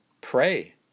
Pray